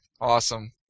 Awesome